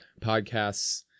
podcasts